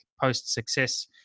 post-success